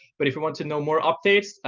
but if you want to know more updates,